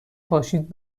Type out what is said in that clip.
پاشید